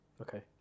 Okay